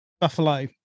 Buffalo